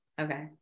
Okay